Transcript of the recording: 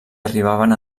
arribaven